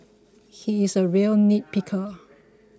he is a real nitpicker